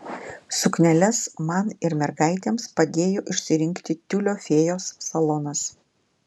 sukneles man ir mergaitėms padėjo išsirinkti tiulio fėjos salonas